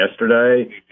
yesterday